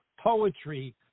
Poetry